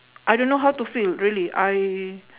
I don't know how to feel really I